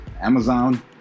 Amazon